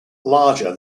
larger